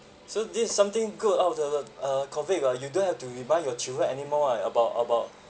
so this is something good out of the uh COVID ah you don't have to remind your children anymore ah about about